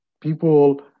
people